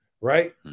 right